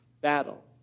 battle